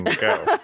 Go